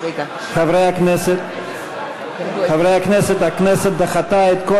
חברי הכנסת, הכנסת דחתה את כל